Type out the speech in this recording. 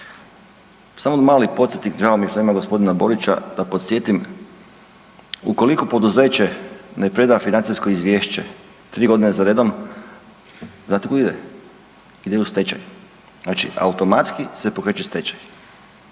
Samo mali podsjetnik, žao mi je što nema g. Borića, da podsjetim, ukoliko poduzeće ne preda financijsko izvješće 3.g. za redom, znate kud ide? Ide u stečaj. Znači automatski se pokreće stečaj.